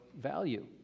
value